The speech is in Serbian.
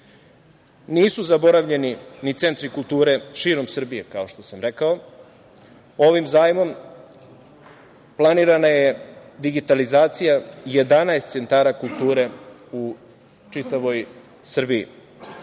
zaboravljeni ni centri kulture širom Srbije, kao što sam rekao. Ovim zajmom planirana je digitalizacija 11 centara kulture u čitavoj Srbiji.